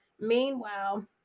Meanwhile